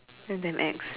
that's damn X